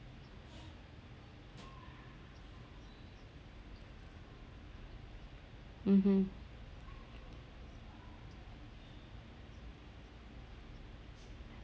mmhmm